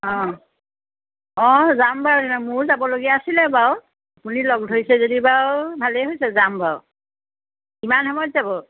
অঁহ্ অঁ যাম বাৰু মোৰো যাবলগীয়া আছিলে বাৰু আপুনি লগ ধৰিছে যদি বাৰু ভালেই হৈছে যাম বাৰু কিমান সময়ত যাব